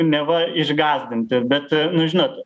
neva išgąsdinti bet nu žinot